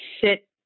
sit